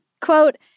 quote